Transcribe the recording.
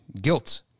Guilt